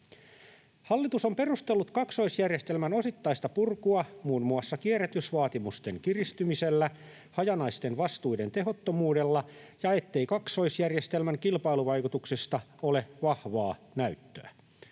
Hallitus on perustellut kaksoisjärjestelmän osittaista purkua muun muassa kierrätysvaatimusten kiristymisellä, hajanaisten vastuiden tehottomuudella ja sillä, ettei kaksoisjärjestelmän kilpailuvaikutuksesta ole vahvaa näyttöä.